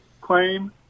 claim